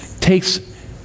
takes